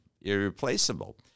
irreplaceable